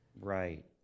Right